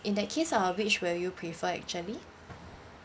in that case uh which will you prefer actually